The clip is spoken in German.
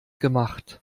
gemacht